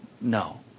No